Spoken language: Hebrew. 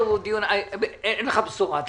אין לך בשורה.